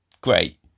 Great